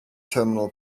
terminal